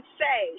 say